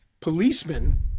policemen